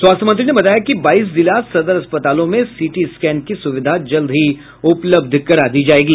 स्वास्थ्य मंत्री ने बताया कि बाईस जिला सदर अस्पतालों में सीटी स्कैन की सुविधा जल्द ही उपलब्ध करा दी जायेगी